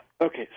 Okay